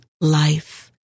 life